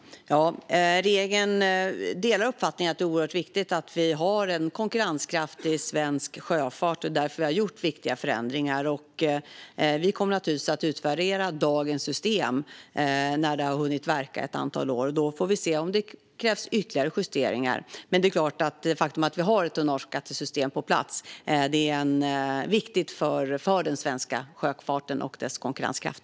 Fru talman! Regeringen delar uppfattningen att det är oerhört viktigt att vi har en konkurrenskraftig svensk sjöfart. Det är därför vi har gjort viktiga förändringar. Vi kommer naturligtvis att utvärdera dagens system när det har hunnit verka ett antal år. Då får vi se om det krävs ytterligare justeringar. Men det faktum att vi har ett tonnageskattesystem på plats är förstås viktigt för den svenska sjöfarten och dess konkurrenskraft.